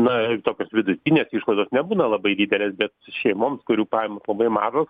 na tokios vidutinės išlaidos nebūna labai didelės bet šeimoms kurių pajamos labai mažos